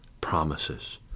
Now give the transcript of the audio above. promises